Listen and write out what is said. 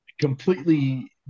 completely